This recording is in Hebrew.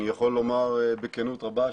אני יכול לומר בכנות רבה,